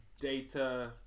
data